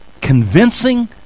convincing